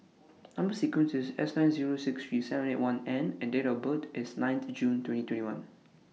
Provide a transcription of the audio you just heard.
Number sequence IS S nine Zero six three seven eight one N and Date of birth IS nine June twenty twenty one